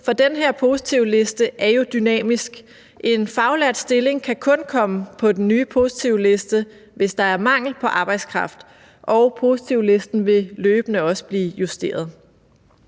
for den her positivliste er jo dynamisk. En faglært stilling kan kun komme på den nye positivliste, hvis der er mangel på arbejdskraft, og positivlisten vil også løbende blive justeret.